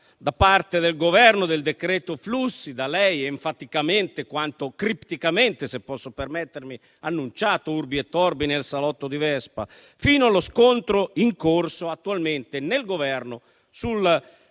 da parte del Governo del decreto flussi, da lei enfaticamente - quanto cripticamente, se posso permettermelo - annunciato *urbi et orbi* nel salotto di Vespa, fino allo scontro attualmente in corso nel